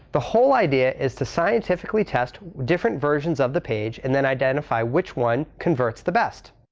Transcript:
the whole idea is to scientifically test different versions of the page and then identify which one converts the best.